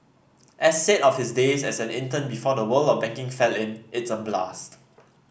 as he said of his days as an intern before the world of banking fell in it's a blast